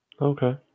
Okay